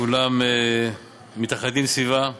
שכולם מתאחדים סביבה.